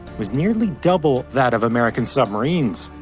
was nearly double that of american submarines.